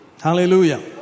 Hallelujah